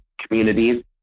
communities